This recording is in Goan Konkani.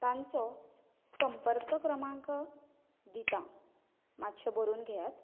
तांचो संपर्क क्रमांक दिता मातशें बरोवन घेयात